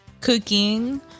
cooking